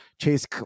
chase